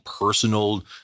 personal